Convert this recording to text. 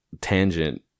tangent